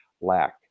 lack